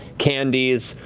candies,